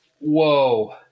Whoa